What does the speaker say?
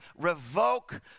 revoke